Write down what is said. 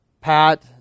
Pat